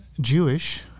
Jewish